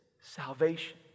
salvation